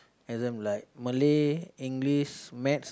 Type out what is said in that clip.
and then like Malay English maths